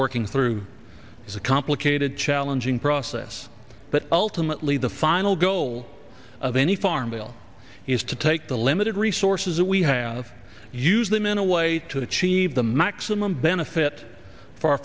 working through is a complicated challenging process but ultimately the final goal of any farm bill is to take the limited resources that we have used them in a way to achieve the maximum benefit f